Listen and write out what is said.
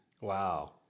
Wow